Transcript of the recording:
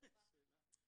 שאלה טובה.